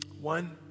One